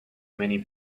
many